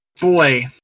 boy